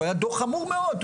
שהוא היה דו"ח חמור מאוד,